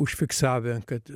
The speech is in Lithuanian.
užfiksavę kad